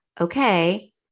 okay